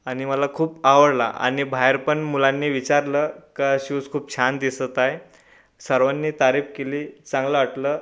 आणि मला खूप आवडला आणि बाहेर पण मुलांनी विचारलं का शूज खूप छान दिसत आहे सर्वांनी तारीफ केली चांगलं वाटलं